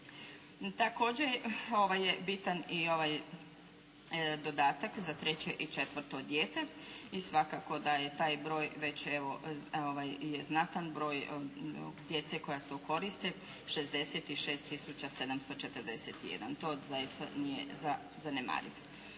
Također je bitan i ovaj dodatak za treće i četvrto dijete i svakako da je taj broj znatan broj djece koja to koriste 66 tisuća 741, to zaista nije za zanemariti.